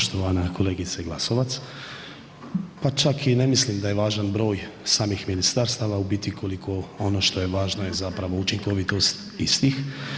Poštovana kolegice Glasovac, pa čak i ne mislim da je važan broj samih ministarstava u biti koliko ono što je važno je zapravo učinkovitost istih.